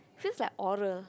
seems like oral